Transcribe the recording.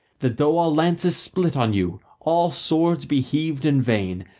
that though all lances split on you, all swords be heaved in vain,